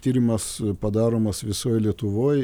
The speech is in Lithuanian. tyrimas padaromas visoj lietuvoj